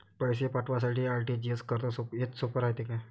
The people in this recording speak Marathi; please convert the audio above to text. पैसे पाठवासाठी आर.टी.जी.एस करन हेच सोप रायते का?